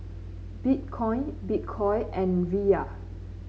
Bitcoin Bitcoin and Riyal